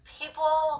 people